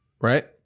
Right